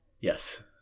Yes